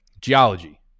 geology